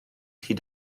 hyd